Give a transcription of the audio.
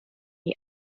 the